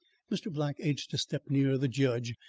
mr. black edged a step nearer the judge,